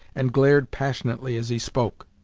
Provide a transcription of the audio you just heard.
and glared passionately as he spoke.